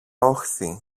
όχθη